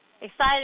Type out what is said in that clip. excited